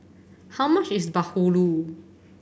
how much is bahulu